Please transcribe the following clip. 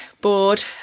bored